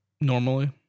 normally